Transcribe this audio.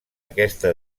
aquesta